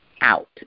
out